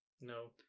No